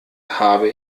habe